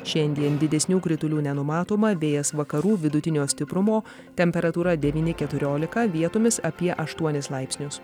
šiandien didesnių kritulių nenumatoma vėjas vakarų vidutinio stiprumo temperatūra devyni keturiolika vietomis apie aštuonis laipsnius